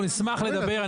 אנחנו נשמח לדבר.